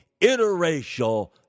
interracial